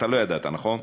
אתה לא ידעת, נכון?